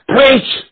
Preach